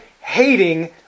hating